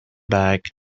back